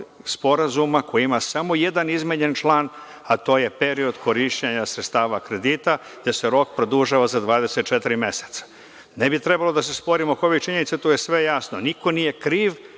Sporazuma koji ima samo jedan izmenjen član, a to je period korišćenja sredstava kredita, jer se rok produžava za 24 meseca. Ne bi trebalo da se sporimo oko ovih činjenica, to je sve jasno. Niko nije kriv,